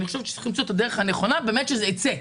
אני חושבת שצריך למצוא את הדרך הנכונה כדי שזה ייצא,